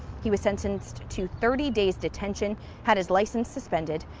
he was sentenced to thirty days detention had his license suspended.